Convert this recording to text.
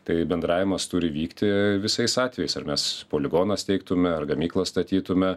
tai bendravimas turi vykti visais atvejais ir mes poligoną steigtume ar gamyklą statytume